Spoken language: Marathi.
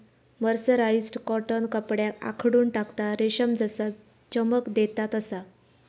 मर्सराईस्ड कॉटन कपड्याक आखडून टाकता, रेशम जसा चमक देता तसा